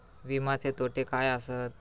विमाचे तोटे काय आसत?